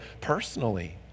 personally